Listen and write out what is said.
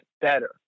better